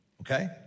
Okay